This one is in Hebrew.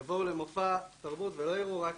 אנחנו רואים שהרבה פעמים כשמתכננים אירוע גדול